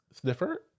Sniffer